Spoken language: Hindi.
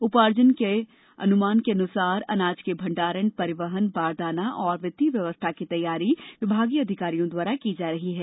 उपार्जन अनुमान के अनुसार अनाज के भंडारण परिवहन बारदाना और वित्तीय व्यवस्था की तैयारी विभागीय अधिकारियों द्वारा की जा रही है